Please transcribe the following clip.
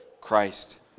christ